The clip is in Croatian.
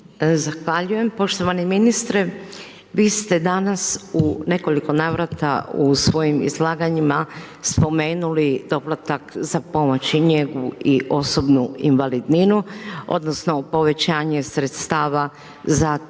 Zahvaljujem. Poštovani ministre, vi ste danas u nekoliko navrata u svojim izlaganjima spomenuli doplatak za pomoć i njegu i osobnu invalidninu, odnosno povećanje sredstava za te